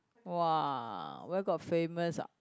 !wah! where got famous ah